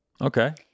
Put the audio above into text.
okay